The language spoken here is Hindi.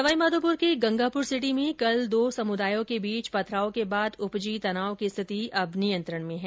सवाईमाधोपूर के गंगापूरसिटी में कल दो समुदायों के बीच पथराव के बाद उपजी तनाव की स्थिति अब नियंत्रण में है